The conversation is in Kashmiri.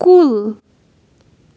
کُل